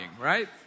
right